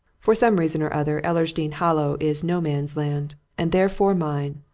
for some reason or other ellersdeane hollow is no man's land and therefore mine.